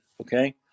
okay